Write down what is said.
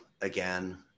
again